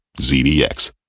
ZDX